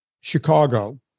Chicago